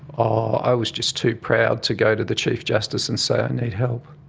ah i was just too proud to go to the chief justice and say i need help.